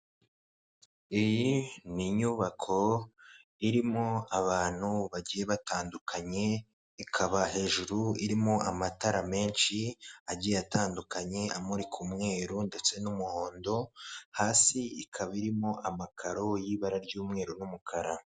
Iyi ni inyubako irimo abantu bagiye batandukanye ikaba hejuru irima amatara menshi agiye atandukanye amurika umweru ndetse n'umuhondo, hasi ikaba irimo amakaro y'ibara ry'umweru n'umukara.